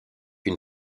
une